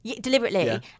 Deliberately